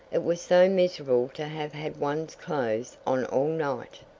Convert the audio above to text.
it was so miserable to have had one's clothes on all night.